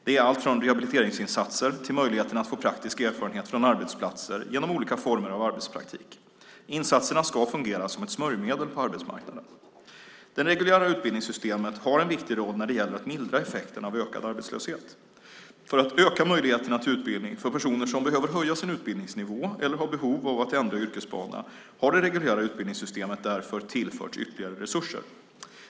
Det är allt från rehabiliteringsinsatser till möjligheten att få praktisk erfarenhet från arbetsplatser genom olika former av arbetspraktik. Insatserna ska fungera som ett smörjmedel på arbetsmarknaden. Det reguljära utbildningssystemet har en viktig roll när det gäller att mildra effekten av ökad arbetslöshet. För att öka möjligheterna till utbildning för personer som behöver höja sin utbildningsnivå eller har behov av att ändra yrkesbana har det reguljära utbildningssystemet därför tillförts ytterligare resurser.